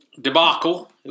debacle